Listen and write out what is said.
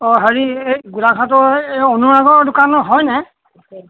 অঁ হেৰি এই গোলাঘাটৰ এই অনুৰাগৰ দোকান হয়নে